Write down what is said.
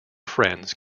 friends